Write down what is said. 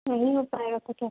نہیں ہو پائے گا تو کیا